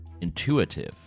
intuitive